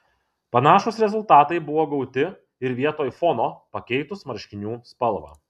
panašūs rezultatai buvo gauti ir vietoj fono pakeitus marškinių spalvą